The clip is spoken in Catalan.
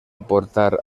portar